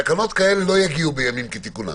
תקנות כאלה לא יגיעו בימים כתיקונם,